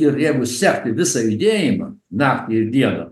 ir jeigu sekti visą judėjimą naktį ir dieną